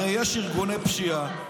הרי יש ארגוני פשיעה.